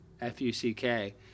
F-U-C-K